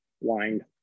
wind